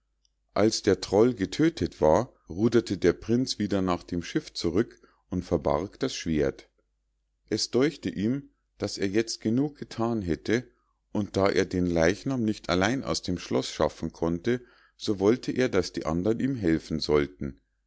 als der troll getödtet war ruderte der prinz wieder nach dem schiff zurück und verbarg das schwert es däuchte ihm daß er jetzt genug gethan hätte und da er den leichnam nicht allein aus dem schloß schaffen konnte so wollte er daß die andern ihm helfen sollten